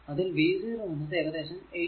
അതിൽ v0 എന്നത് ഏകദേശം 18